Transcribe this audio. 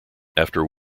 after